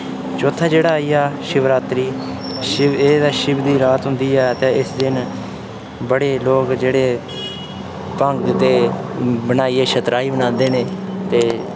चौथा जेह्ड़ा आई गेआ शिवरात्री शिव एह्दा शिव दी रात होंदी ऐ ते इस दिन बड़े लोग जेह्ड़े भंग ते बनाइयै शतराई बनांदे न ते